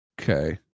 Okay